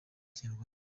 kinyarwanda